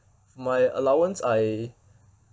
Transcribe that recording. my allowance I